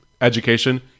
education